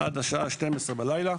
עד השעה 12 בלילה,